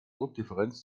druckdifferenz